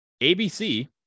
ABC